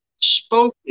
spoken